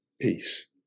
peace